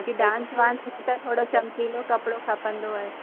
छो की डांस वांस में त थोरो चमकीलो कपिड़ो खपंदो आहे